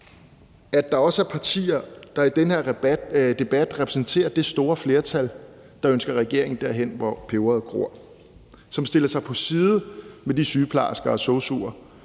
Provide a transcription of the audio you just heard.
at der også er partier, der i den her debat repræsenterer det store flertal, der ønsker regeringen derhen hvor peberet gror; som stiller sig på samme side som de sygeplejersker og sosu'er